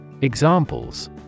Examples